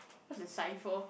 what's the